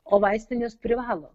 o vaistinės privalo